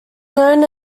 known